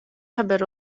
haber